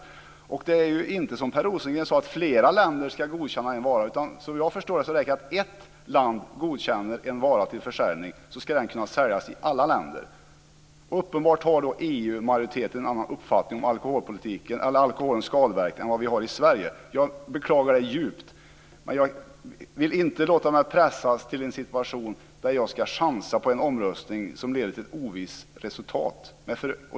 Som Per Rosengren sade är det inte så att flera länder ska godkänna en vara. Som jag förstår det räcker det att ett land godkänner en vara för försäljning för att den ska kunna säljas i alla länder. Uppenbarligen har EU-majoriteten en annan uppfattning om alkoholpolitiken eller alkoholens skadeverkningar än vad vi har i Sverige. Jag beklagar det djupt. Men jag vill inte låta mig pressas till en situation där jag ska chansa i en omröstning som leder till ett ovisst resultat.